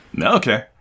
Okay